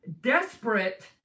desperate